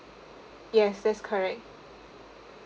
yes that's correct